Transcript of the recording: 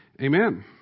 amen